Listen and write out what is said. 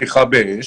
פתיחה באש.